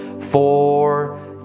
Four